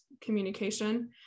communication